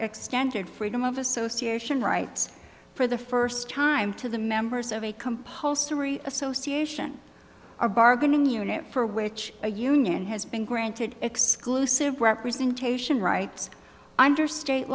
extended freedom of association rights for the first time to the members of a compulsory association or bargaining unit for which a union has been granted exclusive representation rights under state